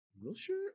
Wilshire